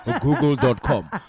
Google.com